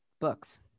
books